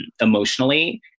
emotionally